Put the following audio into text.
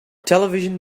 television